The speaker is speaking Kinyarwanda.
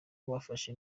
bafashe